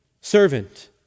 servant